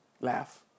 Laugh